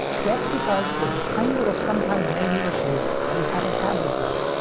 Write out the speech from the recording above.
just because there's a tiny little sometimes maybe issue that we haven't had before.